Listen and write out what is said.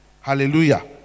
hallelujah